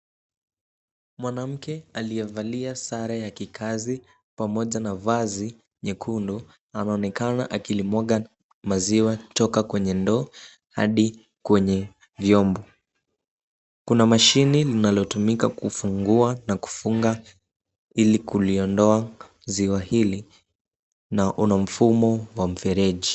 Mwanamke aliyevalia sare ya kikazi pamoja na vazi nyekundu, anaonekana akilimwaga maziwa toka kwenye ndoo hadi kwenye vyombo. Kuna mashini linalotumika kufungua na kufunga ili kuliondoa ziwa hili na una mfumo wa mfereji.